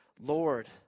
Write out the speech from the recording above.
Lord